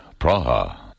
Praha. (